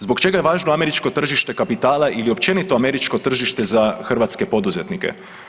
Zbog čega je važno američko tržište kapitala ili općenito američko tržište za hrvatske poduzetnike?